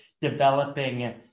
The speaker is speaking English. developing